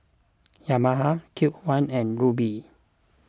Yamaha Cube one and Rubi